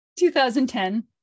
2010